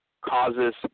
causes